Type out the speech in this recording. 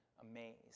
amazed